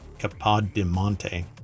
Capodimonte